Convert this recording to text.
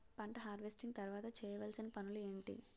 పంట హార్వెస్టింగ్ తర్వాత చేయవలసిన పనులు ఏంటి?